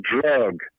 drug